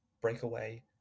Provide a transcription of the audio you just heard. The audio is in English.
Breakaway